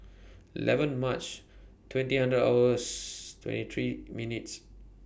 eleven March twenty hundred hours twenty three minutes